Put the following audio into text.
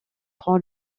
prend